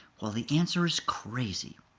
well, the answer is crazy.